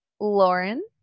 Lauren